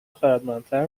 خردمندتر